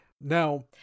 now